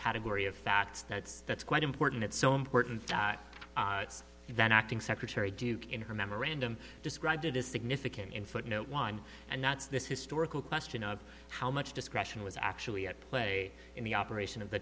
category of facts that's that's quite important it's so important and then acting secretary duke in her memorandum described it as significant in footnote one and that's this historical question of how much discretion was actually at play in the operation of the